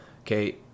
Okay